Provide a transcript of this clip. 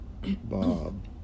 Bob